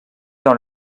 dans